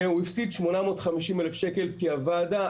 הוא הפסיד 850 אלף שקלים כי הוועדה,